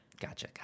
Gotcha